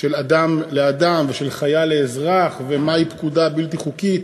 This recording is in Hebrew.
של אדם לאדם ושל חייל לאזרח ומהי פקודה בלתי חוקית